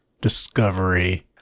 discovery